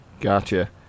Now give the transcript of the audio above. Gotcha